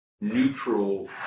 neutral